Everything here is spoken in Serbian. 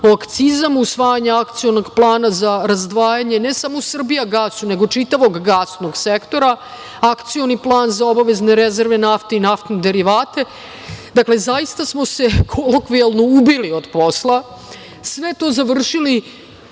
o akcizama, usvajanje Akcionog plana za razdvajanje ne samo „Srbijagasa“, nego čitavog gasnog sektora, Akcioni plan za obavezne rezerve nafte i naftne derivate. Dakle, zaista smo se kolokvijalno ubili od posla. Sve to završili